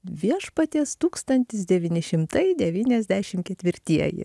viešpaties tūkstantis devyni šimtai devyniasdešim ketvirtieji